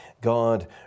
God